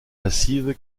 passive